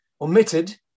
omitted